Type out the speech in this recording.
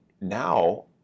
now